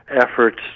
efforts